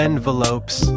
Envelopes